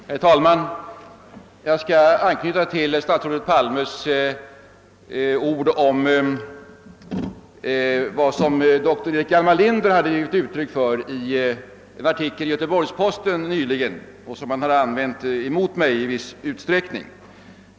Herr talman! Jag skall anknyta till statsrådet Palmes ord om vad dr Erik Hjalmar Linder skrivit i en artikel i Göteborgs-Posten nyligen, och som herr Palme i viss utsträckning använde mot mig.